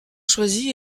choisi